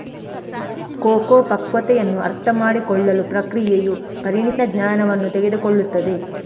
cocoa ಪಕ್ವತೆಯನ್ನು ಅರ್ಥಮಾಡಿಕೊಳ್ಳಲು ಪ್ರಕ್ರಿಯೆಯು ಪರಿಣಿತ ಜ್ಞಾನವನ್ನು ತೆಗೆದುಕೊಳ್ಳುತ್ತದೆ